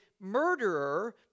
murderer